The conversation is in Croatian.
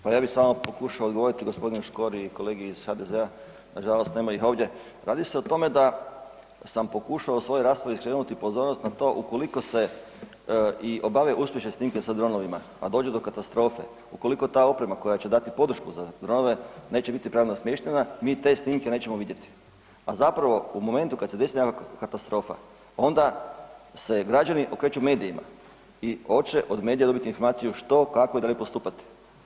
Pa ja bi samo pokušati odgovoriti g. Škori i kolegi iz HDZ-a, nažalost nema ih ovdje, radi se o tome da sam pokušao u svojoj raspravi skrenuti pozornost na to ukoliko se obave uspješne snimke sa dronovima a dođe do katastrofe, ukoliko ta oprema koja će dati podršku za dronove, neće biti pravno smještena, mi te snimke nećemo vidjeti a zapravo u momentu kad se desi nekakva katastrofa, onda se građani okreću medijima i oće od medija dobiti informaciju što i kako dalje postupat.